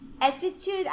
Attitude